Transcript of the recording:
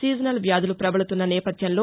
seasonal వ్యాదులు ప్రబలుతున్న నేపథ్యంలో